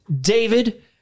David